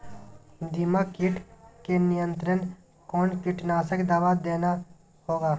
दीमक किट के नियंत्रण कौन कीटनाशक दवा देना होगा?